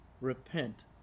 Repent